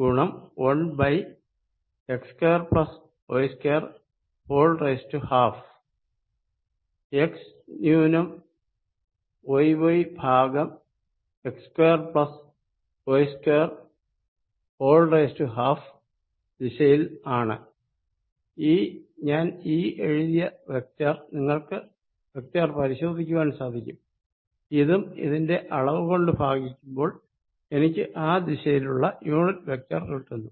ഗുണം 1x2y212 x ന്യൂനം yy ഭാഗം x2y212 ദിശയിൽ ആണ് ഞാൻ ഈ എഴുതിയ വെക്ടർ നിങ്ങൾക്ക് വെക്ടർ പരിശോധിക്കുവാൻ സാധിക്കും ഇതും അതിന്റെ അളവ് കൊണ്ട് ഭാഗിക്കുമ്പോൾ എനിക്ക് ആ ദിശയിലുള്ള യൂണിറ്റ് വെക്ടർ കിട്ടുന്നു